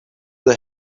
the